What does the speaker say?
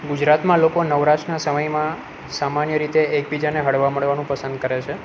ગુજરાતમાં લોકો નવરાશના સમયમાં સામાન્ય રીતે એકબીજાને હળવા મળવાનું પસંદ કરે છે